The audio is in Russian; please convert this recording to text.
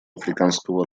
африканского